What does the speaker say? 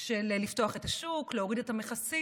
של לפתוח את השוק, להוריד את המכסים.